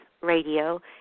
Radio